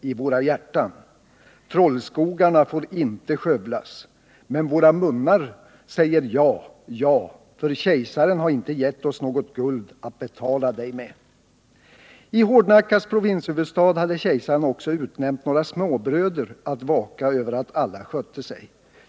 i våra hjärtan. Trollskogarna får inte skövlas! Men våra munnar säger ja, ja, för Kejsaren har inte gett oss något guld att betala dig med! I Hårdnackas provinshuvudstad hade Kejsaren också utnämnt några småbröder att vaka över att alla skötte sig.